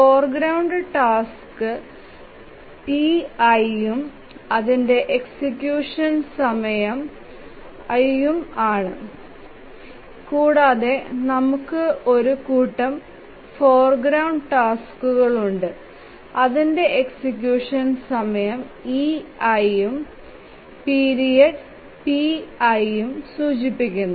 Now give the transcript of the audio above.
foreground task p1 ഉം അതിന്റെ execution സമയം 1 ഉം ആണ് കൂടാതെ നമുക്ക് ഒരു കൂട്ടം ഫോർഗ്രൌണ്ട് ടാസ്ക്കുകളുണ്ട് അതിന്റെ എക്സിക്യൂഷൻ സമയം e i ഉം പിരീഡ് p i ഉം സൂചിപ്പിക്കുന്നു